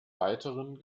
weiteren